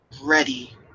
ready